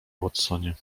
watsonie